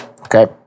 Okay